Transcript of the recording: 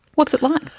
what's it like?